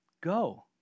Go